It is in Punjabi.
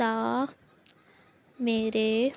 ਦਾ ਮੇਰੇ